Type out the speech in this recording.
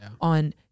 on